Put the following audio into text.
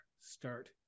Start